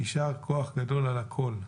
יישר כוח גדול על הכול.